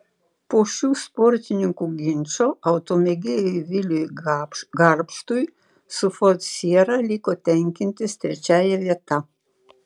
po šių sportininkų ginčo automėgėjui viliui garbštui su ford siera liko tenkintis trečiąja vieta